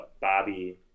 Bobby